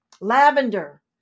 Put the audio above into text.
lavender